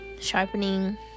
sharpening